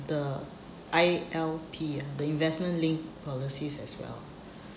the I_L_P ah the investment linked policies as well